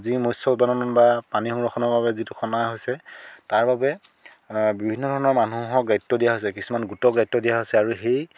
যি মৎস উৎপাদন বা পানী সংৰক্ষণৰ বাবে যিটো খন্দা হৈছে তাৰ বাবে বিভিন্ন ধৰণৰ মানুহক দায়িত্ব দিয়া হৈছে কিছুমান গোটক দায়িত্ব দিয়া হৈছে আৰু সেই